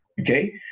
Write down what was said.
okay